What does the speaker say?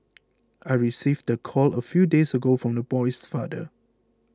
I received the call a few days ago from the boy's father